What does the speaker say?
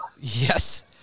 yes